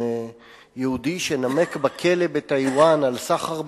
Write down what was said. אם יהודי שנמק בכלא בטייוואן על סחר בסמים,